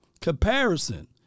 Comparison